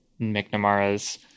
McNamara's